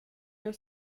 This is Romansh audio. jeu